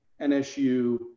NSU